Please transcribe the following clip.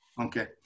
Okay